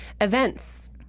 Events